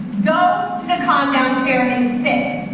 go to calm down chair and sit.